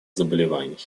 заболеваний